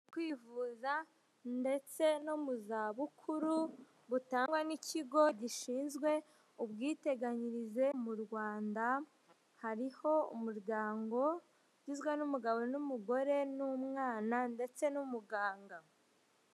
Kwivuza ndetse no mu zabukuru butangwa n'ikigo gishinzwe ubwiteganyirize mu rwanda, hariho umuryango ugizwe n'umugabo n'umugore n'umwana ndetse n'umuganga.